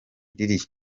riri